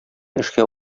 эшкә